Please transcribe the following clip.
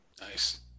Nice